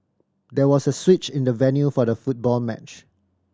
there was a switch in the venue for the football match